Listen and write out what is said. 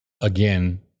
again